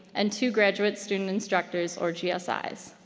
and two graduate student instructors or gsis.